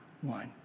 one